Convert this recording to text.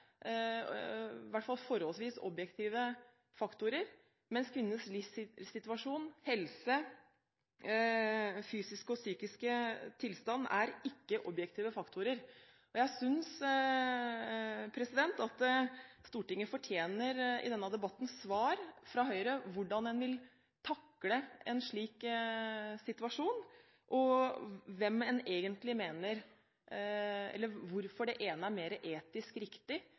hvert fall en forholdsvis objektiv faktor, mens kvinnens livssituasjon, helse, fysiske og psykiske tilstand ikke er objektive faktorer. Jeg synes at Stortinget i denne debatten fortjener at Høyre svarer på hvordan man vil takle en slik situasjon, og hvorfor man mener det ene er mer etisk riktig